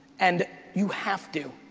and you have to,